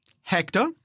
Hector